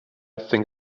think